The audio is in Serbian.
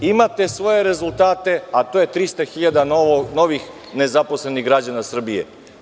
Imate svoje rezultate, a to je 300.000 novih nezaposlenih građana Srbije.